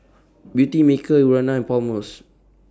Beautymaker Urana and Palmer's